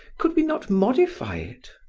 could we not modify it?